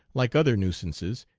like other nuisances,